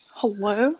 hello